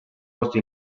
posto